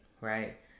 right